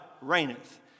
reigneth